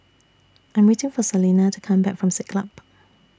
I'm waiting For Salena to Come Back from Siglap